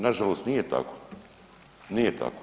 Nažalost nije tako, nije tako.